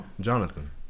Jonathan